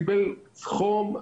והיה לו חום,